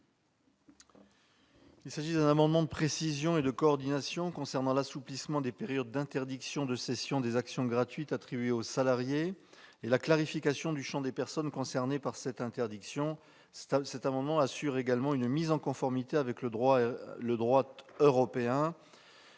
Il s'agit d'un amendement de précision et de coordination concernant l'assouplissement des périodes d'interdiction de cession des actions gratuites attribuées aux salariés et la clarification du champ des personnes concernées par cette interdiction. Cet amendement tend également à assurer une mise en conformité avec le droit européen,